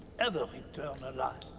ever return alive.